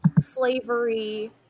slavery